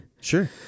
Sure